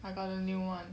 I got a new one